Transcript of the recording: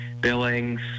Billings